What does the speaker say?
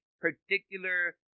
particular